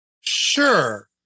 Sure